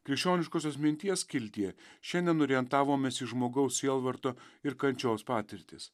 krikščioniškosios minties skiltyje šiandien orientavomės į žmogaus sielvarto ir kančios patirtis